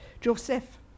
Joseph